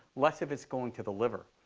less of it's going to the liver.